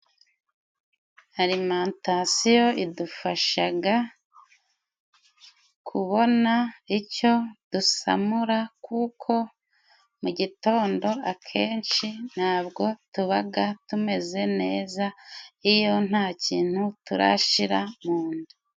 Alimantasiyo idufashaga kubona icyo dusamura, kuko mu gitondo akenshi ntabwo tubaga tumeze neza iyo nta kintu turashira mu nda.